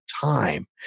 time